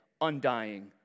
undying